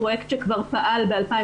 פרויקט שכבר פעל ב-2019,